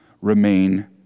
remain